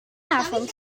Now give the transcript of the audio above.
avond